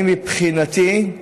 אני, מבחינתי,